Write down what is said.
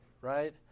right